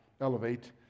Elevate